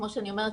כמו שאני אומרת,